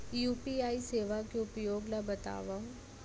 UPI सेवा के उपयोग ल बतावव?